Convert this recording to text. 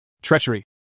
Treachery